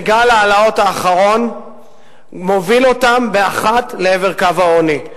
שגל ההעלאות האחרון מוביל אותן באחת לקו העוני.